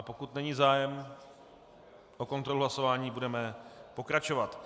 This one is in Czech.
Pokud není zájem o kontrolu hlasování, budeme pokračovat.